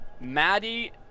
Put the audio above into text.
Maddie